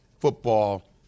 football